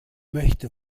möchte